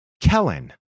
Kellen